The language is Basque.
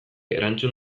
erantzun